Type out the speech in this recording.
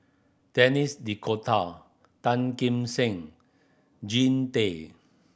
Denis D'Cotta Tan Kim Seng Jean Tay